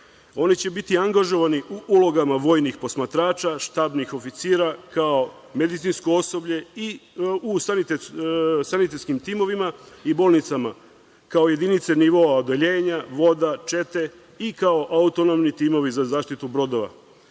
Oni će biti angažovani u ulogama vojnih posmatrača, štabnih oficira, kao medicinsko osoblje u sanitetskim timovima i bolnicama, kao jedinice nivoa, odeljenja, voda, čete i kao autonomni timovi za zaštitu brodova.